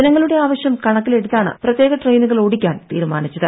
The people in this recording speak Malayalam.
ജനങ്ങളുടെ ആവശ്യം കണക്കിലെടുത്താണ് പ്രത്യേക ട്രെയിനുകൾ ഓടിക്കാൻ തീരുമാനിച്ചത്